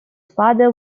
father